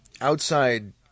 outside